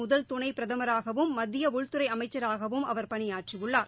முதல் துணை பிரதமராகவும் மத்திய உள்துறை அமைச்சராகவும் இந்தியாவின் அவர் பணியாற்றியுள்ளார்